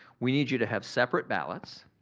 we need you to have separate ballots,